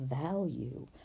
value